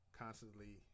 constantly